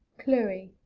chloe.